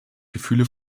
gefühle